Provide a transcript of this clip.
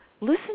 listen